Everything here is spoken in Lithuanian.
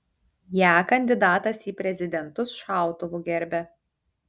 ją kandidatas į prezidentus šautuvu gerbia